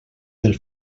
del